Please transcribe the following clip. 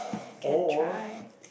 can try